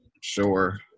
Sure